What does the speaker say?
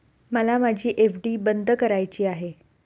मला माझी एफ.डी बंद करायची आहे